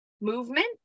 movement